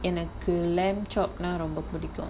எனக்கு:enakku lamb chop னா ரொம்ப புடிக்கும்:naa romba pudikum